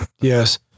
Yes